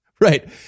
Right